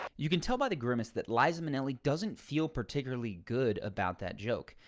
you can tell by the grimace that liza minnelli doesn't feel particularly good about that joke.